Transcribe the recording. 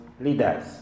leaders